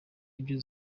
ibyo